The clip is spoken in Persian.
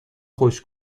خوش